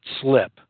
slip